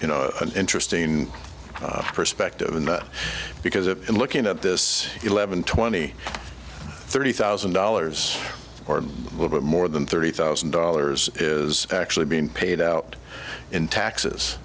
an interesting perspective and because it in looking at this eleven twenty thirty thousand dollars or a little bit more than thirty thousand dollars is actually being paid out in taxes